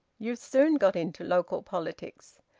you've soon got into local politics.